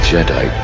Jedi